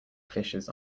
fishes